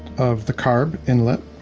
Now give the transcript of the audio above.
of the carb inlet.